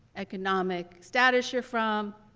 economic status you're from,